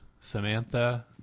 Samantha